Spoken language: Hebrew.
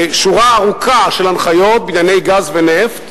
שורה ארוכה של הנחיות בענייני גז ונפט,